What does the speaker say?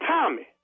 Tommy